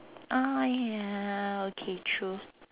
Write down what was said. ah ya okay true